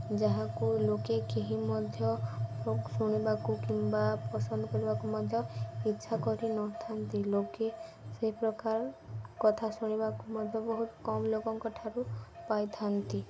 ଯାହାକୁ ଲୋକେ କେହି ମଧ୍ୟ ଶୁଣିବାକୁ କିମ୍ବା ପସନ୍ଦ କରିବାକୁ ମଧ୍ୟ ଇଚ୍ଛା କରିନଥାନ୍ତି ଲୋକେ ସେହି ପ୍ରକାର କଥା ଶୁଣିବାକୁ ମଧ୍ୟ ବହୁତ କମ୍ ଲୋକଙ୍କ ଠାରୁ ପାଇଥାନ୍ତି